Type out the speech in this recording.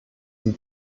sie